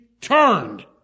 turned